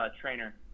trainer